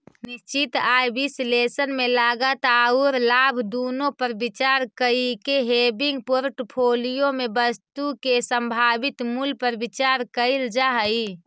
निश्चित आय विश्लेषण में लागत औउर लाभ दुनो पर विचार कईके हेविंग पोर्टफोलिया में वस्तु के संभावित मूल्य पर विचार कईल जा हई